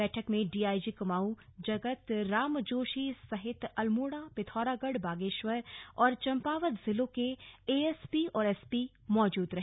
बैठक में डीआईजी कुमाऊं जगत राम जोशी सहित अल्मोड़ा पिथौरागढ़ बागेश्वर और चम्पावत जिलों के एएसपी और एसपी मौजूद रहे